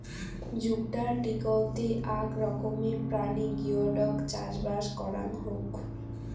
জুগদার টিকৌতে আক রকমের প্রাণী গিওডক চাষবাস করাং হউক